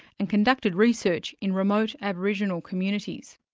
and conducted research in remote aboriginal communities.